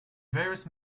various